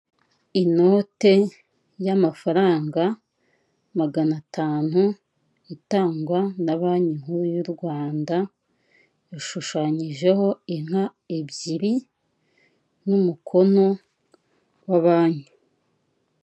Inote y'amafaranga magana atanu itangwa na banki nkuru y' u Rwanda hashushanyijeho inka ebyiri n'umukono wa banki.